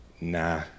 Nah